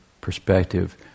perspective